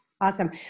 Awesome